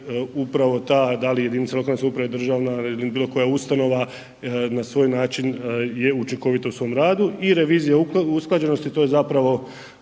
da li jedinice lokalne samouprave, državna ili bilo koja ustanova na svoj način je učinkovita u svom radu. I revizija usklađenosti, to je zapravo